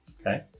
Okay